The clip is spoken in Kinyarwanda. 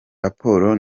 raporo